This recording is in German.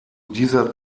dieser